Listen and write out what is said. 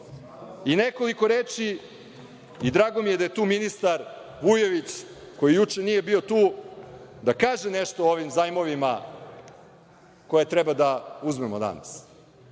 već pet godina. Drago mi je da je tu ministar Vujović, koji juče nije bio tu, da kaže nešto o ovim zajmovima koje treba da uzmemo danas.